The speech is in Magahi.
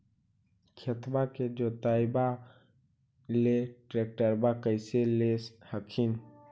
खेतबा के जोतयबा ले ट्रैक्टरबा कैसे ले हखिन?